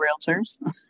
realtors